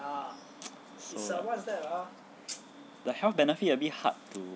so the health benefit a bit hard to